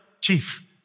chief